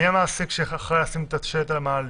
מי המעסיק שאחראי לשים את השלט על המעלית?